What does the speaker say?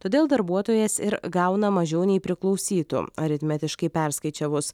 todėl darbuotojas ir gauna mažiau nei priklausytų aritmetiškai perskaičiavus